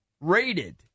rated